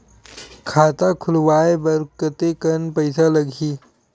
खाता खुलवाय बर कतेकन पईसा लगही?